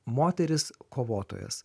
moteris kovotojas